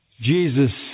Jesus